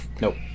Nope